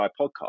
podcast